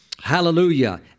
Hallelujah